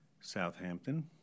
Southampton